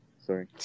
Sorry